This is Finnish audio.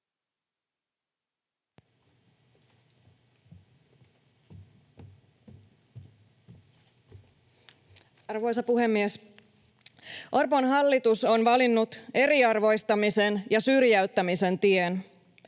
Arvoisa puhemies! Orpon hallitus on valinnut eriarvoistamisen ja syrjäyttämisen tien.